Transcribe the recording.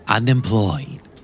Unemployed